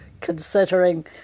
considering